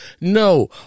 No